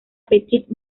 petit